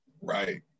Right